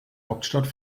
hauptstadt